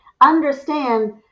understand